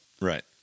right